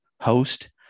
host